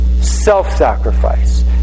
Self-sacrifice